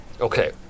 Okay